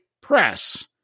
press